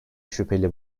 şüpheli